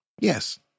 Yes